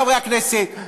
חברי הכנסת.